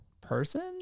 person